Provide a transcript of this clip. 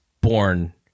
born